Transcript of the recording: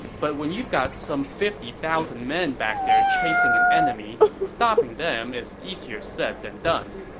but when you've got some fifty thousand men back there chasing an enemy, stopping them is easier said than done.